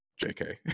JK